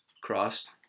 crossed